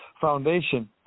Foundation